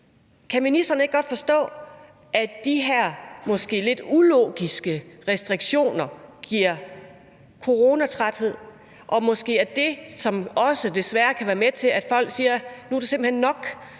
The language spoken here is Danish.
Kan ministeren ikke godt forstå, at de her måske lidt ulogiske restriktioner giver coronatræthed, og at det måske desværre også er det, som kan være med til, at folk siger, at nu er det simpelt hen nok?